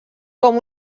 com